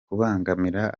kubangamira